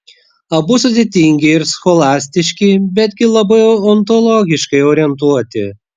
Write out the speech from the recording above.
abu sudėtingi ir scholastiški betgi labai ontologiškai orientuoti